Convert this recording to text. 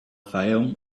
fayoum